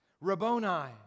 Rabboni